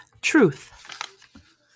Truth